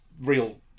real